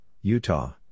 Utah